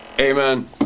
Amen